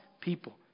people